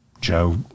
Joe